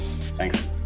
Thanks